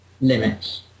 limits